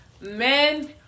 men